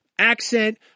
Accent